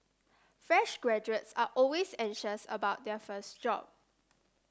fresh graduates are always anxious about their first job